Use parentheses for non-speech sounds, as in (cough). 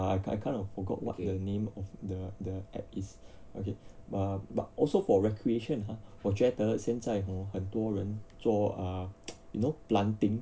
ah I I kind of forgot what's the name of the the app is okay uh but also for recreation !huh! 我觉得现在 hor 很多人做 ah (noise) you know planting